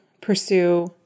pursue